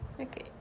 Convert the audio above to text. Okay